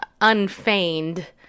unfeigned